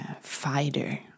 fighter